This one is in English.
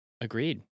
Agreed